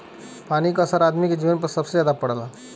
पानी क असर आदमी के जीवन पे सबसे जादा पड़ला